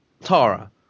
Tara